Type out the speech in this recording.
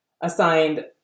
assigned